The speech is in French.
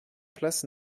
place